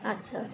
আচ্ছা